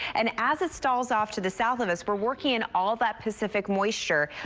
and as it stalls off to the south of us, we're working in all that pacific moisture.